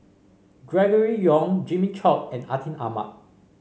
Gregory Yong Jimmy Chok and Atin Amat